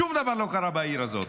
שום דבר לא קרה בעיר הזאת.